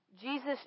Jesus